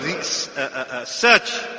search